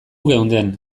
geunden